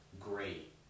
great